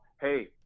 hey